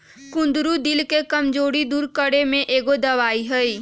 कुंदरू दिल के कमजोरी दूर करे में एक दवाई हई